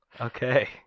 Okay